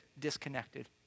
disconnected